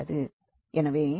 எனவே Rezx